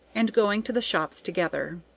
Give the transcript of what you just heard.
and going to the shops together.